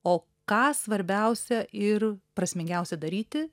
o ką svarbiausia ir prasmingiausia daryti